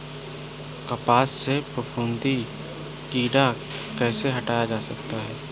कपास से फफूंदी कीड़ा कैसे हटाया जा सकता है?